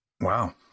wow